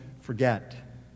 forget